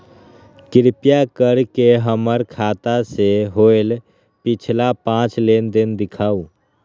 कृपा कर के हमर खाता से होयल पिछला पांच लेनदेन दिखाउ